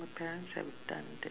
my parents have done that